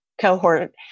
cohort